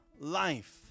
life